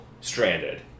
stranded